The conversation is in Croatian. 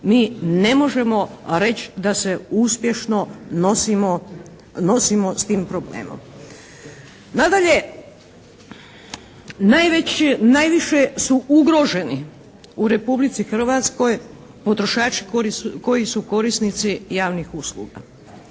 mi ne možemo reći da se uspješno nosimo sa tim problemom. Nadalje, najviše su ugroženi u Republici Hrvatskoj potrošači koji su korisnici javnih usluga.